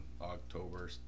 October